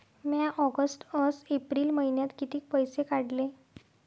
म्या ऑगस्ट अस एप्रिल मइन्यात कितीक पैसे काढले?